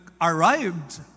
arrived